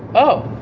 oh,